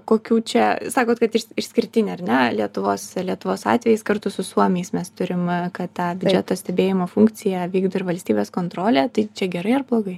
kokių čia sakot kad iš išskirtinė ar ne lietuvos lietuvos atvejis kartu su suomiais mes turim kad tą biudžeto stebėjimo funkciją vykdo ir valstybės kontrolė tai čia gerai ar blogai